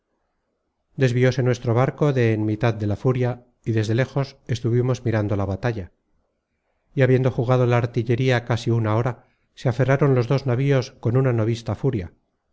enemigos desviose nuestro barco de en mitad de la furia y desde léjos estuvimos mirando la batalla y habiendo jugado la artillería casi una hora se aferraron los dos navíos con una no vista furia